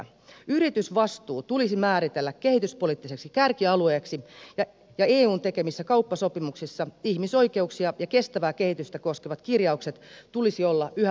yritysvastuu tulisi määritellä kehityspoliittiseksi kärkialueeksi ja eun tekemissä kauppasopimuksissa ihmisoi keuksia ja kestävää kehitystä koskevien kirjausten tulisi olla yhä vahvemmassa asemassa